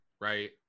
right